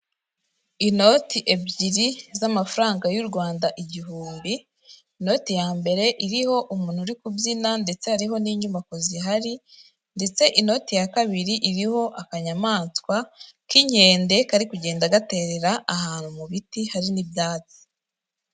Inoti ebyiri z'amafaranga y'u Rwanda igihumbi. Inoti ya mbere iriho umuntu uri kubyina, ndetse hariho n'inyubako zihari. Ndetse inoti ya kabiri iriho akanyamaswa k'inkende kari kugenda gaterera ahantu mu biti hari n'ibyatsi.